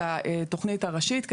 את התכנית הראשית,